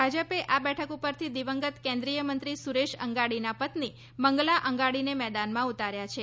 ભાજપે આ બેઠક પરથી દિવંગત કેન્દ્રીયમંત્રી સુરેશ અંગાડીની પત્ની મંગલા અન્ગાડીને મેદાનમાં ઉતાર્યા છે